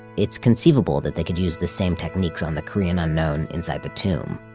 it's conceivable that they could use the same techniques on the korean unknown inside the tomb.